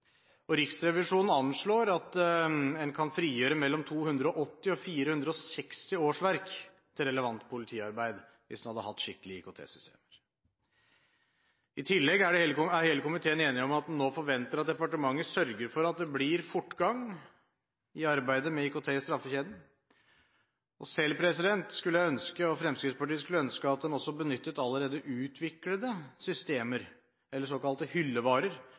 og Riksrevisjonen anslår at en kan frigjøre mellom 280 og 460 årsverk til relevant politiarbeid hvis en hadde hatt skikkelige IKT-systemer. I tillegg er hele komiteen enig om at en nå forventer at departementet sørger for at det blir fortgang i arbeidet med IKT i straffesakskjeden, og Fremskrittspartiet skulle ønske at man benyttet allerede utviklede systemer, såkalte hyllevarer,